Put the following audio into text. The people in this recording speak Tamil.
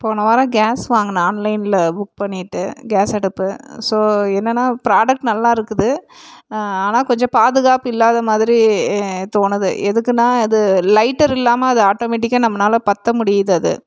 போன வாரம் கேஸ் வாங்கினேன் ஆன்லைனில் புக் பண்ணிவிட்டு கேஸ் அடுப்பு ஸோ என்னன்னா ப்ராடக்ட் நல்லாருக்குது ஆனால் கொஞ்சம் பாதுகாப்பு இல்லாத மாதிரி தோணுது எதுக்குன்னா இது லைட்டரு இல்லாமல் அது ஆட்டோமெட்டிக்காக நம்மளால் பற்ற முடியுது அது